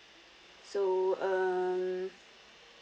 so um